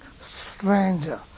stranger